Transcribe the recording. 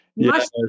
Yes